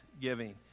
giving